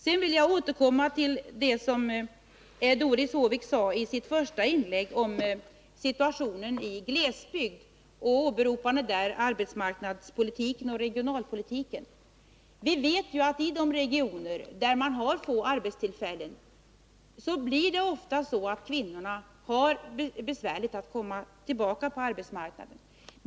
Jag vill sedan återkomma till Doris Håviks uttalande i sitt första inlägg om situationen i glesbygden och hennes åberopande av arbetsmarknadspolitiken och regionalpolitiken. Vi vet att det i de regioner där man har få arbetstillfällen ofta blir så, att kvinnorna får svårigheter med att komma tillbaka till arbetsmarknaden.